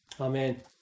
Amen